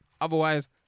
Otherwise